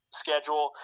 schedule